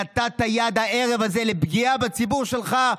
נתת יד הערב לפגיעה בציבור שלך,